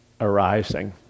arising